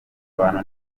abantu